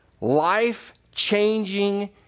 life-changing